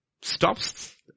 stops